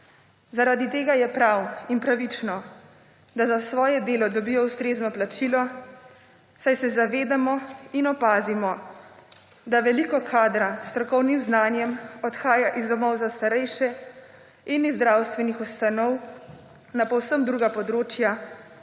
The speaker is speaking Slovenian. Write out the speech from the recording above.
zaradi tega je prav in pravično, da za svoje delo dobijo ustrezno plačilo saj se zavedamo in opazimo, da veliko kadra s strokovnim znanjem odhaja iz domov za starejše in iz zdravstvenih ustanov na povsem druga področja,